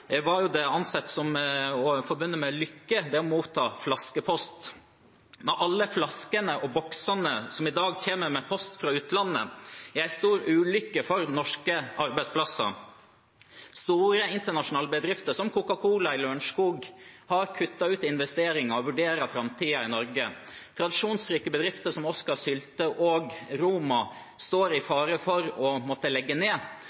var det ansett som, og forbundet med, lykke å motta flaskepost. Alle flaskene og boksene som i dag kommer med post fra utlandet, er en stor ulykke for norske arbeidsplasser. Store internasjonale bedrifter, som Coca Cola i Lørenskog, har kuttet ut investeringer og vurderer framtiden i Norge. Tradisjonsrike bedrifter som Oskar Sylte og Roma står i fare for å måtte legge ned.